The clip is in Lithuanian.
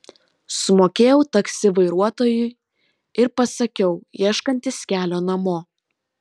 sumokėjau taksi vairuotojui ir pasakiau ieškantis kelio namo